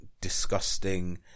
disgusting